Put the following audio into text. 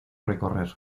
recorrer